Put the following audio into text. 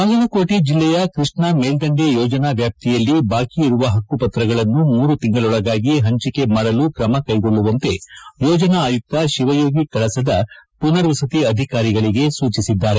ಬಾಗಲಕೋಟೆ ಜಿಲ್ಲೆಯ ಕೃಷ್ಣಾ ಮೇಲ್ದಂಡೆ ಯೋಜನಾ ವ್ಯಾಪ್ತಿಯಲ್ಲಿ ಬಾಕಿ ಇರುವ ಪಕ್ಕುಪತ್ರಗಳನ್ನು ಮೂರು ತಿಂಗಳೊಳಗಾಗಿ ಪಂಚಿಕೆ ಮಾಡಲು ತ್ರಮಕೈಗೊಳ್ಳುವಂತೆ ಯೋಜನಾ ಆಯುತ್ತ ಶಿವಯೋಗಿ ಕಳಸದ ಪುನರ್ವಸತಿ ಅಧಿಕಾರಿಗಳಿಗೆ ಸೂಚಿಸಿದ್ದಾರೆ